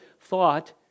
thought